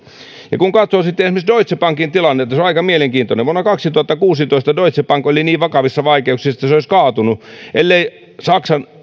ja kun katsoo sitten esimerkiksi deutsche bankin tilannetta se on aika mielenkiintoinen vuonna kaksituhattakuusitoista deutsche bank oli niin vakavissa vaikeuksissa että se olisi kaatunut ellei saksan